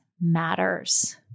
matters